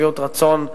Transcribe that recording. שביעות רצון.